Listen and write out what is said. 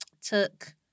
took